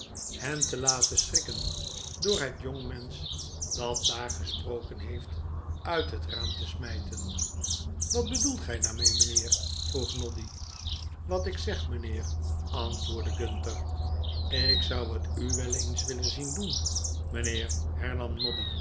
feestavond laten schrikken door het jongmensch dat daar gesproken heeft uit het raam te smijten wat bedoelt gij daarmee mijnheer vroeg noddy wat ik zeg mijnheer antwoordde gunter ik zou het u wel eens willen zien doen mijnheer hernam noddy